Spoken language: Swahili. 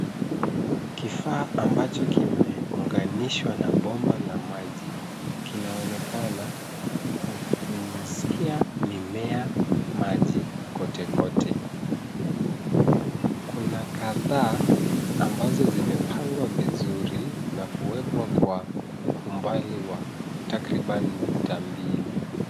Kifaa ambacho kimeunganishwa na bomba la maji kinaonekana kunyunyuzia mimea maji kote kote. Kuna kadhaa ambazo zimepangwa vizuri na kuwekwa kwa umbali wa takriban mita mbili .